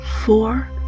four